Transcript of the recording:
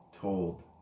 told